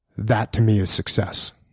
that to me is success.